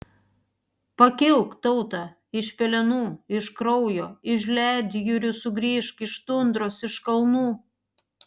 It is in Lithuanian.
pakilk tauta iš pelenų iš kraujo iš ledjūrių sugrįžk iš tundros iš kalnų